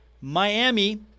Miami